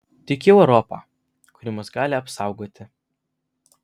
tikiu europa kuri mus gali apsaugoti